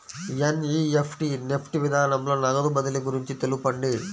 NEFT NEFT విధానంలో నగదు బదిలీ గురించి తెలుపండి?